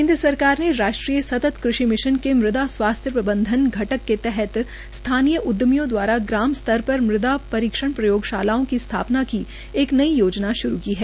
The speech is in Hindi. केन्द्र सरकार ने राष्ट्रीय सतत कृषि मिशन के मृदा स्वास्थ्य प्रबंधन घटक के तहत स्थानीय उद्यमिायों द्वारा ग्राम स्तर पर मृदा परीक्षण प्रयोगशालाओं की स्थापना की एक नई योजना श्रू की है